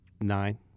Nine